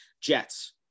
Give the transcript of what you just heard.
Jets